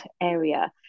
area